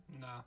No